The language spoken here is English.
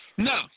No